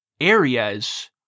areas